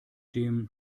dem